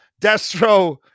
Destro